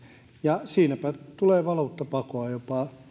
ja siinäpä tulee valuuttapakoa jopa